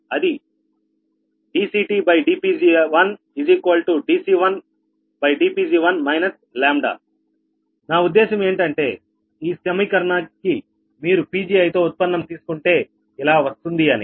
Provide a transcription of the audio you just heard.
అది dCTdPg1dC1dPg1 నా ఉద్దేశ్యం ఏంటంటే ఈ సమీకరణానికి మీరు Pgi తో ఉత్పన్నం తీసుకుంటే ఇలా వస్తుంది అని